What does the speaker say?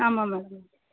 ஆமாம் மேடம்